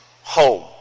Home